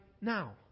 now